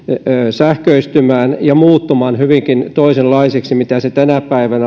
sähköistymään ja muuttumaan hyvinkin toisenlaiseksi kuin mitä se tänä päivänä